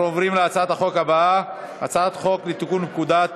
אנחנו עוברים להצעת החוק הבאה: הצעת חוק לתיקון פקודת